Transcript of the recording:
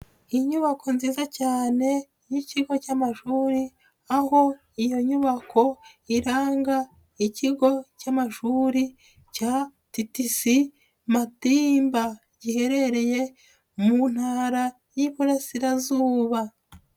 Inyubako nziza cyane y'ikigo cy'amashuri aho iyo nyubako iranga ikigo cy'amashuri cya TTC Matimba giherereye mu Ntara y'Iburasirazuba.